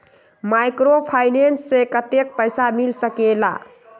Microfinance से कतेक पैसा मिल सकले ला?